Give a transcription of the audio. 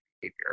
behavior